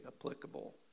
applicable